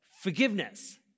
forgiveness